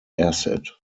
acid